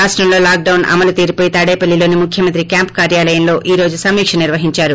రాష్లంలో lockdown అమలు తీరుపై తాడేపల్లిలోని ముఖ్యమంత్రి క్యాంప్ కార్యాలయంలో ఈ రోజు సమీక నిర్వహిందారు